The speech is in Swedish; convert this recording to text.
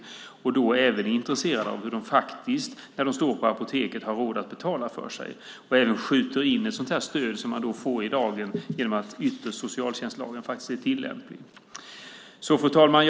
Vården är även intresserad av hur patienterna faktiskt när de står på apoteken har råd att betala för sig och skjuter även in ett stöd som man får genom att ytterst socialtjänstlagen är tillämplig. Fru talman!